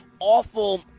awful